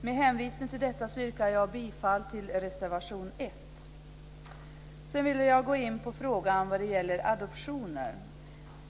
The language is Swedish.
Med hänvisning till detta yrkar jag bifall till reservation 1. Sedan vill jag gå in på frågan om adoptioner.